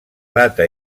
data